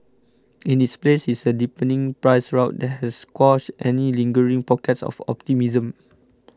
in its place is a deepening price rout that has quashed any lingering pockets of optimism